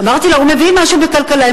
אמרתי לה: הוא מבין משהו בכלכלה,